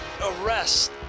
arrest